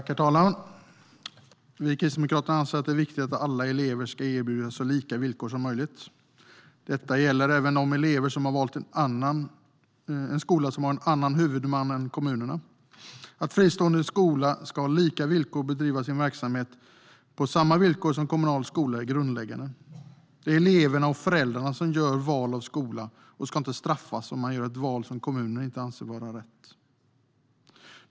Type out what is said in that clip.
Herr talman! Vi i Kristdemokraterna anser att det är viktigt att alla elever ska erbjudas så lika villkor som möjligt. Detta gäller även de elever som har valt en skola som har en annan huvudman än kommunerna. Att en fristående skola ska kunna bedriva sin verksamhet på samma villkor som en kommunal skola är grundläggande. Det är eleverna och föräldrarna som gör valet av skola, och de ska inte straffas om de gör ett val som kommunen inte anser vara rätt.